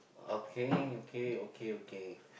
okay okay okay okay